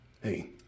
Hey